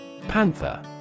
Panther